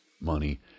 money